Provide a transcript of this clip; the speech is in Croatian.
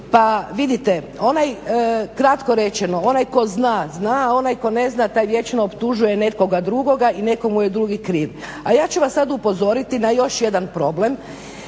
Pa vidite, kratko rečeno. Onaj tko zna, zna. Onaj tko ne zna taj vječno optužuje nekoga drugoga i netko mu je drugi kriv. A ja ću vas sad upozoriti na još jedan problem